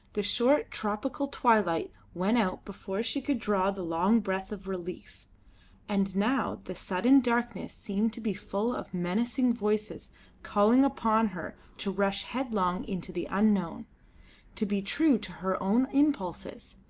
the short tropical twilight went out before she could draw the long breath of relief and now the sudden darkness seemed to be full of menacing voices calling upon her to rush headlong into the unknown to be true to her own impulses,